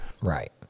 right